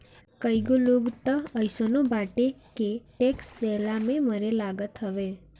कईगो लोग तअ अइसनो बाटे के टेक्स देहला में मरे लागत हवे